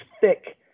thick